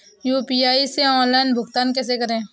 UPI से online भुगतान कैसे करें?